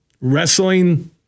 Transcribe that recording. Wrestling